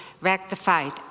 rectified